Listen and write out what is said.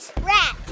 Rat